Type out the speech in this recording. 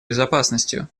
безопасностью